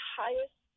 highest